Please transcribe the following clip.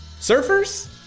surfers